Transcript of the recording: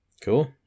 Cool